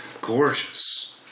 gorgeous